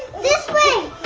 this way!